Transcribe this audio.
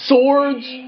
Swords